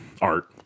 Art